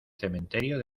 cementerio